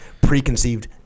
preconceived